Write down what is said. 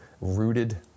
rooted